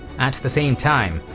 at the same time,